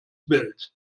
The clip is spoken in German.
bild